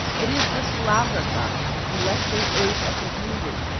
it is the slavratta, the celestial earth of the hindoo,